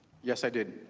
yes i did.